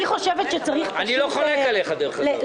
אני לא חולק עליך, דרך אגב.